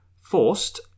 Forced